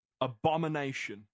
Abomination